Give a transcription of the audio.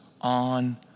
on